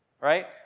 right